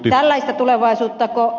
tällaista tulevaisuuttako ed